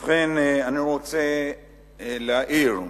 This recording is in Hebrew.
ובכן, אני רוצה להעיר,